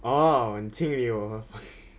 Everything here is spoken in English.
orh 清理我的房